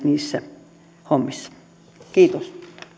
niissä hommissa haavoittuneet kiitos